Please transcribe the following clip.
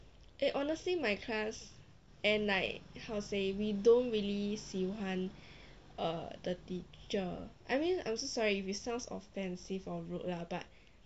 eh honestly my class and like how to say we don't really 喜欢 err the teacher I mean I'm so sorry if it sounds offensive or rude lah but